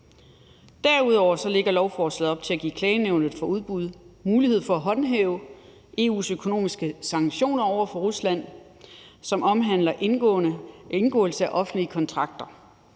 Derudover lægger lovforslaget op til at give Klagenævnet for Udbud mulighed for at håndhæve EU's økonomiske sanktioner over for Rusland, som omhandler indgåelse af offentlige kontrakter.